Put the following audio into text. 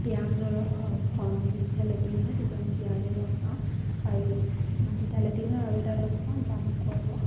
পিঁয়াজৰ ৰস খোৱা যেতিয়া লেটিন হয় তেতিয়া আমি পিঁয়াজৰ ৰস পাওঁ আৰু যেতিয়া লেটিন হয় আৰু এটা দৰব খুৱাওঁ জামুকৰ ৰস